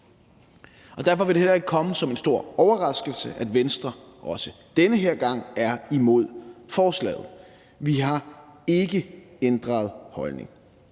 Derfor vil det heller ikke komme som en stor overraskelse, at Venstre også den her gang er imod forslaget. Vi har ikke ændret holdning,